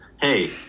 hey